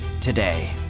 today